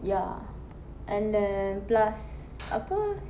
ya and then plus apa